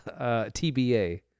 TBA